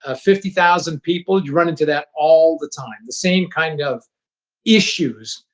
ah fifty thousand people, you run into that all the time, the same kind of issues.